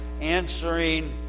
answering